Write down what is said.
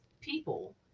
people